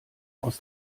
aus